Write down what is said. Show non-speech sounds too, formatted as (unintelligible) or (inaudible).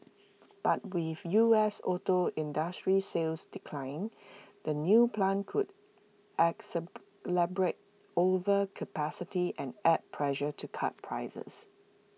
but with U S auto industry sales declining the new plant could (unintelligible) overcapacity and add pressure to cut prices